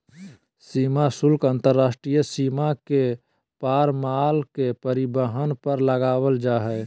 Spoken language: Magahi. सीमा शुल्क अंतर्राष्ट्रीय सीमा के पार माल के परिवहन पर लगाल जा हइ